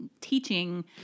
teaching